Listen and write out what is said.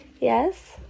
Yes